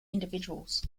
individuals